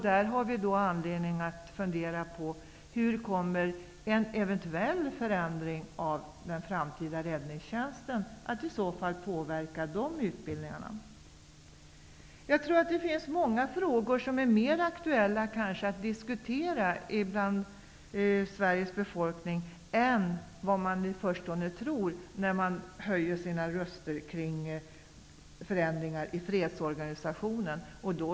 Där har vi anledning att fundera över hur en eventuell förändring av den framtida räddningstjänsten påverkar de olika utbildningarna. Jag tror att det finns många frågor som det för Sveriges befolkning är mer aktuellt att diskutera än man i förstone tror när rösterna för förändringar i fredsorganisationen höjs.